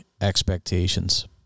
expectations